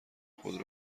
خود